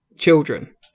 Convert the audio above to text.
children